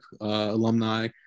alumni